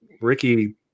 Ricky